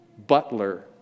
butler